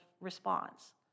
response